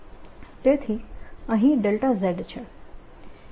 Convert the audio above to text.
તેથી અહીં z છે